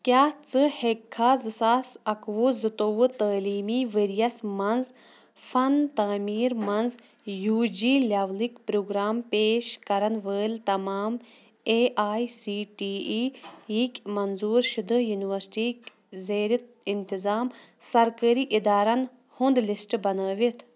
کیٛاہ ژٕ ہیٚکِکھا زٕ ساس اَکوُہ زٕتوٚوُہ تعلیٖمی ؤرۍیَس منٛز فَن تعمیٖر منٛز یوٗ جی لیولٕکۍ پرٛوگرام پیش کَران وٲلۍ تَمام A I C T E یِکۍ مَنظوٗر شُدٕ یوٗنِیورسٹیِکۍ زیرِ اِنتظام سَرکٲری اِدارَن ہُنٛد لِسٹہٕ بَنٲوِتھ